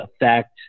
effect